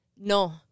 No